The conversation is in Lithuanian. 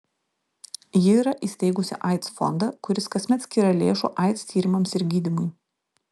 ji yra įsteigusi aids fondą kuris kasmet skiria lėšų aids tyrimams ir gydymui